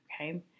okay